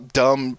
dumb